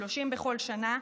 30 מיליון בכל שנה,